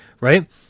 right